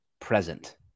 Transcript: present